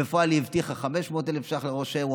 ובפועל היא הבטיחה 500,000 ש"ח לראש העיר.